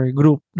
group